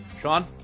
Sean